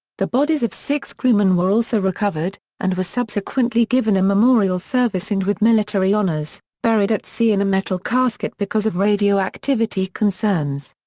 the bodies of six crewmen were also recovered, and were subsequently given a memorial service and with military honors, buried at sea in a metal casket because of radioactivity concerns.